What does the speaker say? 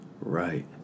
right